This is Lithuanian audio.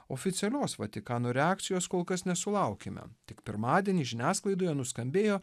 oficialios vatikano reakcijos kol kas nesulaukiame tik pirmadienį žiniasklaidoje nuskambėjo